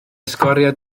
sgwariau